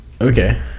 Okay